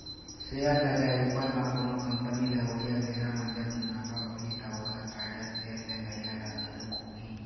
share लगाए उपर म कोनो कंपनी ल अवइया बेरा म जब मुनाफा होही ता ओखर फायदा शेयर लगइया ल घलोक होही